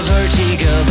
Vertigo